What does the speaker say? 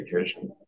education